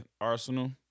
Arsenal